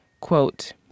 quote